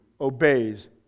obeys